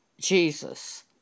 Jesus